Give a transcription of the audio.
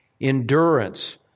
Endurance